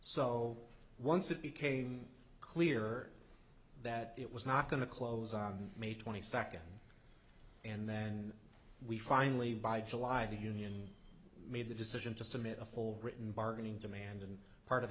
so once it became clear that it was not going to close on may twenty second and then we finally by july the union made the decision to submit a full written bargaining demand and part of